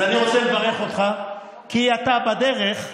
אז אני רוצה לברך אותך, כי אתה בדרך לסיים,